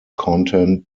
content